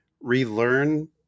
relearn